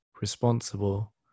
responsible